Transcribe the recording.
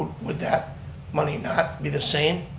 would that money not be the same,